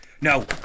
No